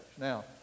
Now